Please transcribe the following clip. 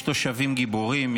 יש שם תושבים גיבורים,